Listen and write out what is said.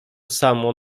samo